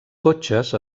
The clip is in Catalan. cotxes